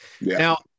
Now